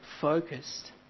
focused